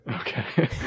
Okay